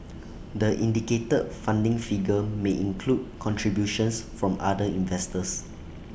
the indicated funding figure may include contributions from other investors